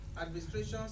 administrations